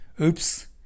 Oops